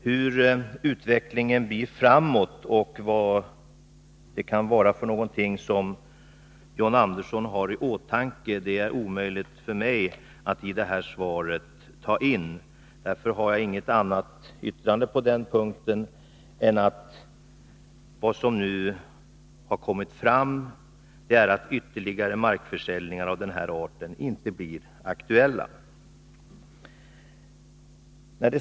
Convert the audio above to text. Hur utvecklingen blir framöver, och vad det kan vara som John Andersson har i åtanke är omöjligt för mig att beröra i det här svaret. Därför har jag inget annat yttrande på den punkten än att det som nu har kommit fram är att ytterligare markförsäljningar av den här arten inte blir aktuella.